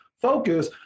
focus